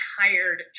tired